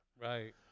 Right